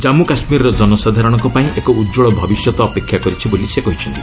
ଜାନ୍ଗୁ କାଶ୍ମୀରର ଜନସାଧାରଣଙ୍କ ପାଇଁ ଏକ ଉଜ୍ଜଳ ଭବିଷ୍ୟତ ଅପେକ୍ଷା କରିଛି ବୋଲି କହିଛନ୍ତି